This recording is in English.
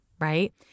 right